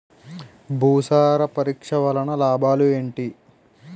భూసార పరీక్ష వలన లాభాలు ఏంటి?